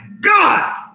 God